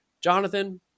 Jonathan